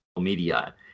media